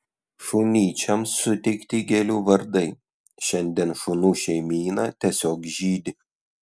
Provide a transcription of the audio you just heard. šunyčiams suteikti gėlių vardai šiandien šunų šeimyna tiesiog žydi